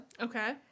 Okay